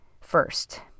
First